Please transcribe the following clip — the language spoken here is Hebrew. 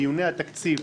בדיוני התקציב,